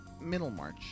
Middlemarch